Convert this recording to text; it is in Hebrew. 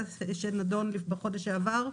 שנדון בחודש שעבר.